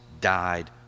died